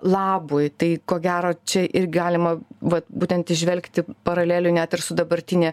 labui tai ko gero čia ir galima va būtent įžvelgti paralelių net ir su dabartine